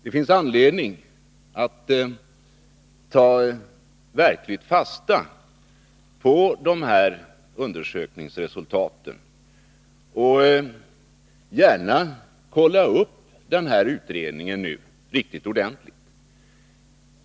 Det finns anledning att verkligen ta fasta på dessa undersökningsresultat, men kolla gärna upp utredningen riktigt ordentligt!